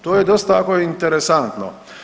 To je dosta ovako interesantno.